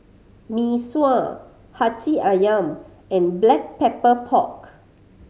Mee Sua Hati Ayam and Black Pepper Pork